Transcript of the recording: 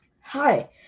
Hi